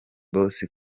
boss